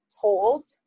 told